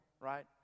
right